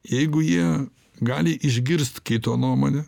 jeigu jie gali išgirst kito nuomonę